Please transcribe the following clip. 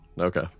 Okay